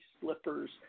slippers